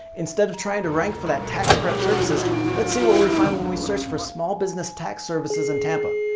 instead of trying to rank for that tax prep services let's see what we find when we search for small business tax services in tampa.